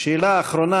שאלה אחרונה,